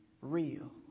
real